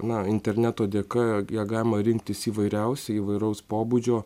na interneto dėka ją galima rinktis įvairiausią įvairaus pobūdžio